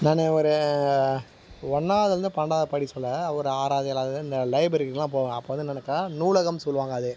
நான் ஒரு ஒன்றாவுதுலருந்து பன்னெரெண்டாவுது படிக்க சொல்ல ஒரு ஆறாவது ஏழாவது இந்த லைப்ரரிக்கெலாம் போவேன் அப்போ வந்து நினைப்பேன் நூலகம் சொல்லுவாங்க அது